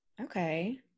Okay